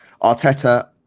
Arteta